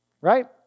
Right